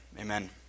Amen